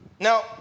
Now